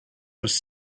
was